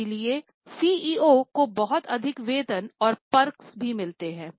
इसलिए सीईओ को बहुत अधिक वेतन और पर्क्स भी मिलता है